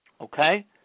okay